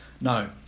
No